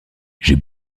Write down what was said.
j’ai